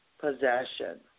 possession